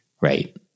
Right